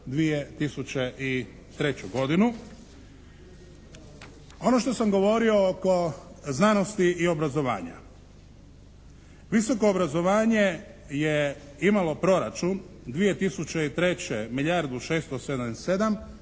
2003. godinu. Ono što sam govorio oko znanosti i obrazovanja. Visoko obrazovanje je imalo proračun 2003.